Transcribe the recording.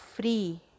free